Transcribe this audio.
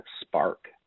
spark